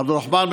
עבד א-רחמן,